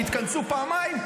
התכנסו פעמיים,